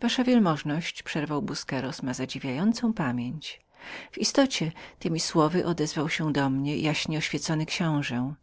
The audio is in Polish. wasza wielmożność przerwał busqueros ma zadziwiającą pamięć w istocie temi słowy odezwał się do mnie jaśnie oświecony książe